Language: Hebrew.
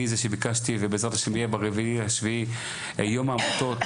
אני זה שביקשתי ובעזרת השם יהיה ב-4.7 יום העמותות,